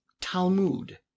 Talmud